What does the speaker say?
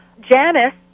Janice